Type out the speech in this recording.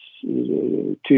two